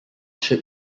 ship